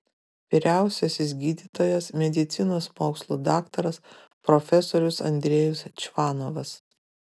vyriausiasis gydytojas medicinos mokslų daktaras profesorius andrejus čvanovas